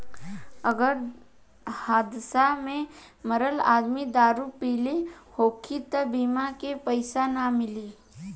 अगर हादसा में मरल आदमी दारू पिले होखी त बीमा के पइसा ना मिली